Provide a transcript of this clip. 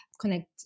connect